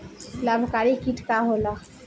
लाभकारी कीट का होला?